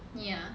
ya